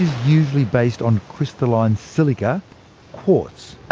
usually based on crystalline silica quartz.